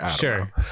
sure